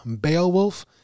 Beowulf